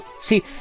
See